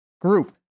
group